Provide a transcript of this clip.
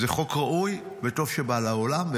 זה חוק ראוי וטוב שבא לעולם.